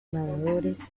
nadadores